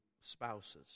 spouses